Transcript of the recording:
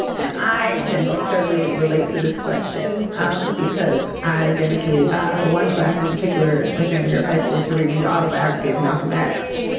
and i can most certainly relate to this question um because i dedicated ah one class in particular my junior year of high school to reading the autobiography of malcolm x.